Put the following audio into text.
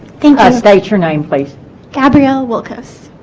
think i state your name please gabrielle willcuss